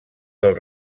del